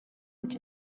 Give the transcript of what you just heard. which